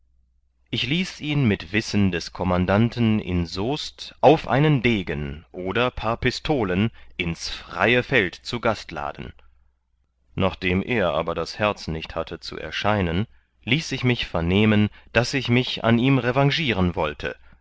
ich ließ ihn mit wissen des kommandanten in soest auf einen degen oder paar pistolen ins freie feld zu gast laden nach dem er aber das herz nicht hatte zu erscheinen ließ ich mich vernehmen daß ich mich an ihm